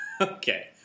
Okay